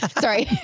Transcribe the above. Sorry